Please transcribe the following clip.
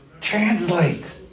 translate